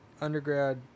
undergrad